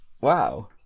Wow